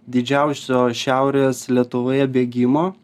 didžiausio šiaurės lietuvoje bėgimo